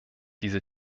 diese